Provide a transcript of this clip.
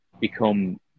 become